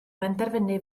benderfynu